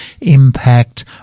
impact